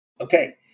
Okay